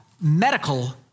medical